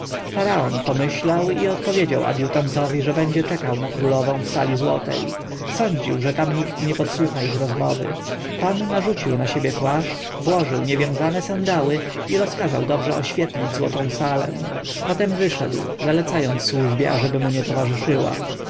pomyślał i odpowiedział adjutantowi że będzie czekał na królowę w sali złotej sądził że tam nikt nie podsłucha ich rozmowy pan narzucił na siebie płaszcz włożył niewiązane sandały i rozkazał dobrze oświetlić złotą salę potem wyszedł zalecając służbie aby mu nie towarzyszyła